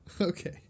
Okay